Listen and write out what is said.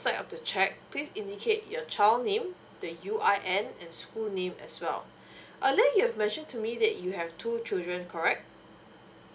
side of the cheque please indicate your child name the U_I_N and school name as well earlier you have mentioned to me that you have two children correct